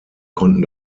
konnten